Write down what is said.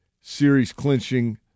series-clinching